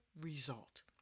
result